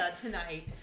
tonight